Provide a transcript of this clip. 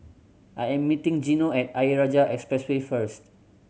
I am meeting Gino at Ayer Rajah Expressway first